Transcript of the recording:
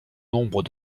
nombre